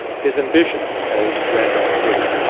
his ambitions, as randolph knew,